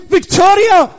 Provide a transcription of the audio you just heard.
Victoria